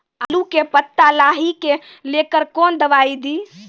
आलू के पत्ता लाही के लेकर कौन दवाई दी?